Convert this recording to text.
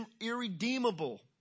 irredeemable